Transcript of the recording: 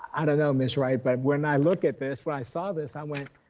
i don't know ms. wright, but when i look at this, when i saw this, i went,